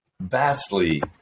vastly